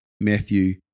Matthew